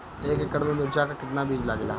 एक एकड़ में मिर्चा का कितना बीज लागेला?